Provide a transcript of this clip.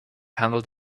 handled